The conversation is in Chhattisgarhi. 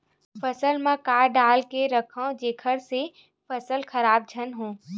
फसल म का डाल के रखव जेखर से फसल खराब झन हो?